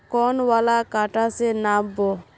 कौन वाला कटा से नाप बो?